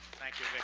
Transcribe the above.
thank you.